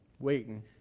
waiting